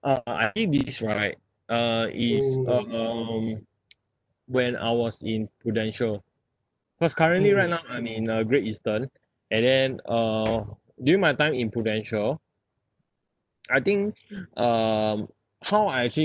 uh I I this right uh it's um when I was in prudential cause currently right now I'm in a great eastern and then uh during my time in prudential I think um how I actually